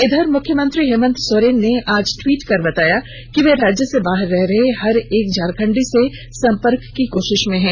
इधर मुख्यमंत्री हेमंत सोरेन ने आज ट्वीट कर बताया कि वे राज्य से बाहर रह रहे हर एक झारखंडी से संपर्क की कोशिश में हैं